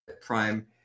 prime